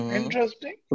interesting